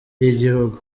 y’igihugu